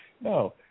No